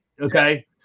Okay